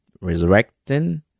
resurrecting